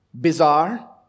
bizarre